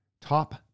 top